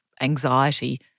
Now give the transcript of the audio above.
anxiety